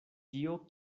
tio